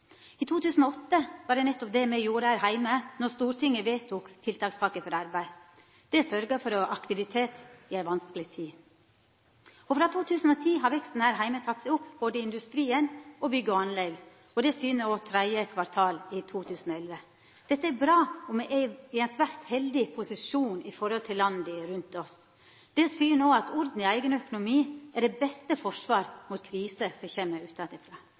I 2008 var det nettopp det me gjorde her heime, da Stortinget vedtok tiltakspakka for arbeid. Det sørgde for aktivitet i ei vanskeleg tid. Frå 2010 har veksten her heime teke seg opp både i industrien og i bygg og anlegg. Det syner òg tredje kvartal i 2011. Dette er bra, og me er i ein svært heldig posisjon i forhold til landa rundt oss. Det syner òg at orden i eigen økonomi er det beste forsvar mot kriser som kjem